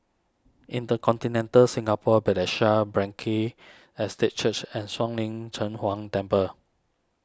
Intercontinental Singapore Bethesda Frankel Estate Church and Shuang Lin Cheng Huang Temple